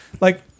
like-